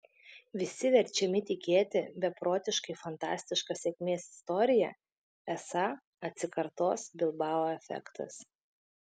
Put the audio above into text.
visi verčiami tikėti beprotiškai fantastiška sėkmės istorija esą atsikartos bilbao efektas